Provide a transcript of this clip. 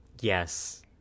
Yes